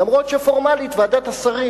אף-על-פי שפורמלית ועדת השרים,